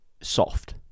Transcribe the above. soft